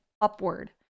Upward